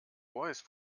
voice